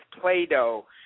Play-Doh